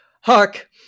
Hark